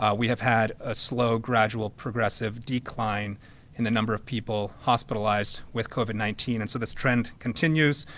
ah we have had a slow, gradual, progressive decline in the number of people hospitalized with covid nineteen. and so this trend continues.